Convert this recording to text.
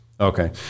Okay